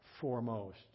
foremost